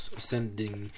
ascending